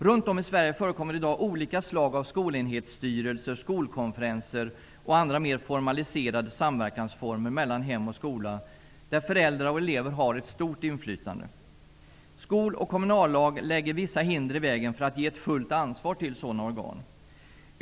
Runt om i Sverige förekommer i dag olika slag av skolenhetsstyrelser, skolkonferenser och andra mer formaliserade samverkansformer mellan hem och skola, där föräldrar och elever har ett stort inflytande. Skol och kommunallag lägger vissa hinder i vägen för att ge ett fullt ansvar till sådana organ.